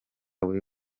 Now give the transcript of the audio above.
buri